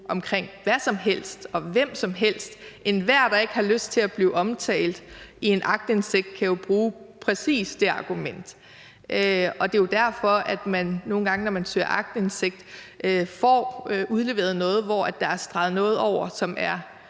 om hvad som helst og hvem som helst – enhver, der ikke har lyst til at blive omtalt i en aktindsigt kan jo bruge præcis det argument. Det er jo derfor, at man nogle gange, når man søger aktindsigt, får udleveret noget, hvor der er streget noget over, som